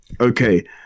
Okay